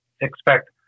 expect